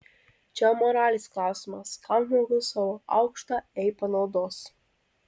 čia jau moralės klausimas kam žmogus savo aukštą ei panaudos